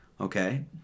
okay